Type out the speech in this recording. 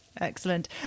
Excellent